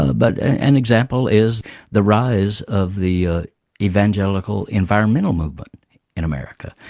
ah but an example is the rise of the evangelical environmental movement in america.